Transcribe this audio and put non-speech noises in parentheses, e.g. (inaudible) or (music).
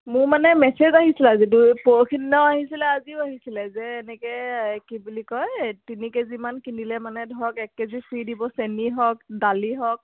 মোৰ মানে মেছেজ আহিছিলে আজি (unintelligible) পৰহি দিনাও আহিছিলে আজিও আহিছিলে যে এনেকে কি বুলি কয় তিনি কেজিমান কিনিলে মানে ধৰক এক কে জি ফ্ৰী দিব চেনি হওক দালি হওক